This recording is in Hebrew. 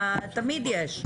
תמיד יש,